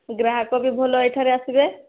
ଗ୍ରାହକ ବି ଭଲ ଏଠାରେ ଆସିବେ